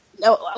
No